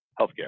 healthcare